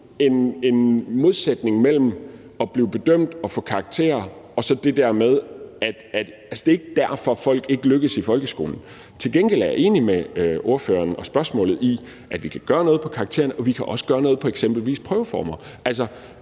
en modsætning mellem at blive bedømt og få karakterer og så det med at lykkes i folkeskolen. Altså, det er ikke derfor, at folk ikke lykkes i folkeskolen. Til gengæld er jeg enig med ordføreren i, at vi kan gøre noget, hvad angår karakterer, og også hvad angår eksempelvis prøveformer,